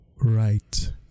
right